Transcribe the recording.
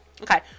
Okay